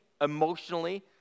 emotionally